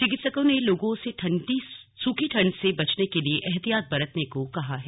चिकित्सकों ने लोगों से सूखी ठंड से बचने के लिए ऐहतियात बरतने को कहा है